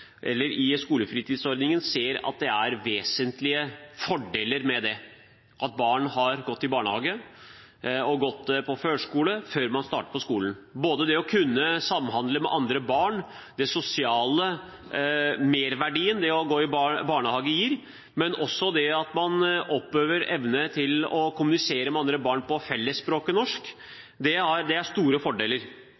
eller i skolefritidsordningen, ser at det er vesentlige fordeler ved at barn har gått i barnehage og gått på førskole før man starter på skolen. Både det å kunne samhandle med andre barn, den sosiale merverdien det å gå i barnehage gir, og også det at man oppøver evne til å kommunisere med andre barn på fellesspråket norsk,